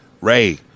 Ray